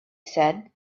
said